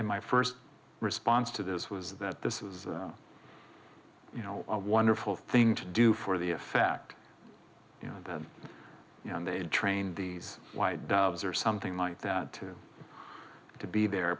and my first response to this was that this was you know a wonderful thing to do for the effect you know that you know they train these white doves or something like that to to be there